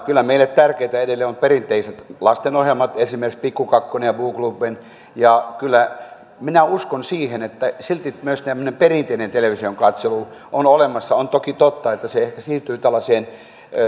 kyllä meille tärkeitä edelleen ovat perinteiset lastenohjelmat esimerkiksi pikku kakkonen ja buu klubben ja kyllä minä uskon siihen että silti myös tämmöinen perinteinen television katselu on olemassa on toki totta että se ehkä siirtyy tällaiseen